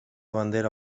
bandera